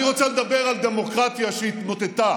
אני רוצה לדבר על דמוקרטיה שהתמוטטה,